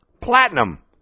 Platinum